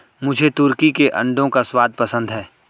मुझे तुर्की के अंडों का स्वाद पसंद है